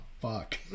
fuck